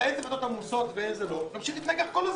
איזה ועדות עמוסות ואיזה ועדות לא נמשיך להתנגח כל הזמן.